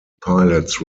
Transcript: pilots